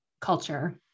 culture